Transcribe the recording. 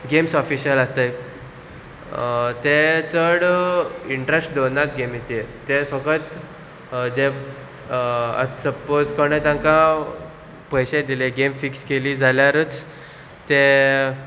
games official आसताय ते चड इंट्रस्ट दवरनात गेमीचेर ते फोकोत जे सपोज कोणें तांकां पयशे दिले गेम फिक्स केली जाल्यारच ते